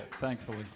thankfully